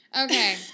Okay